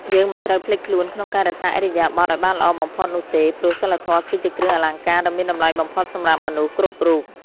យើងមិនត្រូវភ្លេចខ្លួនក្នុងការរក្សាឥរិយាបថឱ្យបានល្អបំផុតនោះទេព្រោះសីលធម៌គឺជាគ្រឿងអលង្ការដ៏មានតម្លៃបំផុតសម្រាប់មនុស្សគ្រប់រូប។